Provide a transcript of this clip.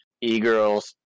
e-girls